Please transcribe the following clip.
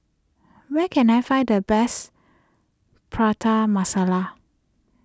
where can I find the best Prata Masala